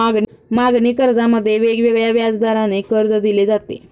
मागणी कर्जामध्ये वेगवेगळ्या व्याजदराने कर्ज दिले जाते